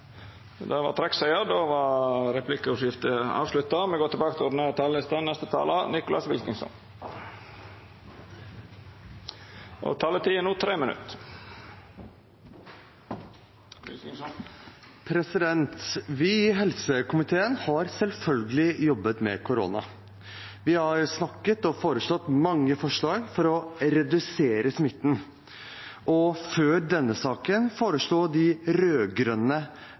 Replikkordskiftet er avslutta. Dei talarane som heretter får ordet, har ei taletid på inntil 3 minutt. Vi i helsekomiteen har selvfølgelig jobbet med korona. Vi har snakket sammen og lagt fram mange forslag for å redusere smitten. Og før denne saken foreslo de